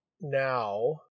now